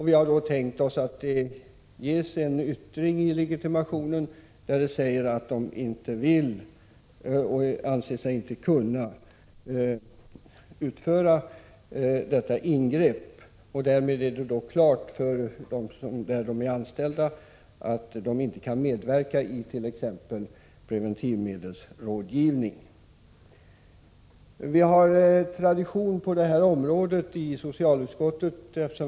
Vi har tänkt oss att det görs en anteckning i legitimationshandlingarna om att vederbörande inte vill eller anser sig inte kunna utföra detta ingrepp. Därmed är det klargjort för arbetsgivaren att hon inte kan medverka vid t.ex. preventivmedelsrådgivning. Vi har tradition på det här området i socialutskottet.